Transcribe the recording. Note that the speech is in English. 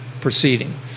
proceeding